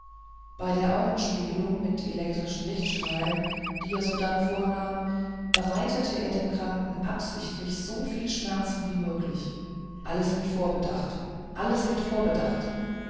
bei der augenspiegelung mit elektrischen lichtstrahlen die er sodann vornahm bereitete er dem kranken absichtlich so viel schmerzen wie möglich alles mit vorbedacht alles mit vorbedacht